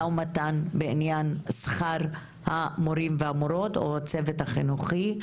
ומתן בעניין שכר המורים והמורות או הצוות החינוכי.